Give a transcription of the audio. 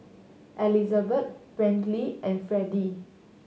Elizabet Brantley and Freddie